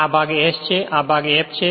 આ ભાગ s છે અને આ ભાગ f છે